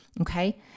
Okay